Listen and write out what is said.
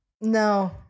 No